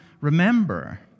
remember